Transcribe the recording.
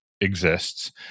exists